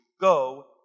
Go